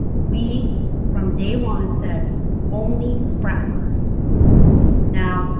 we from day one said only friends now